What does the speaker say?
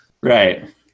Right